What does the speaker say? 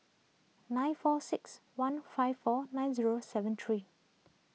nine four six one five four nine zero seven three